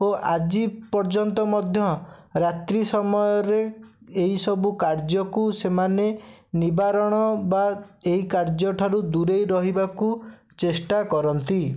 ଓ ଆଜି ପର୍ଯ୍ୟନ୍ତ ମଧ୍ୟ ରାତ୍ରି ସମୟରେ ଏହିସବୁ କାର୍ଯ୍ୟକୁ ସେମାନେ ନିବାରଣ ବା ଏହି କାର୍ଯ୍ୟଠାରୁ ଦୁରେଇ ରହିବାକୁ ଚେଷ୍ଟା କରନ୍ତି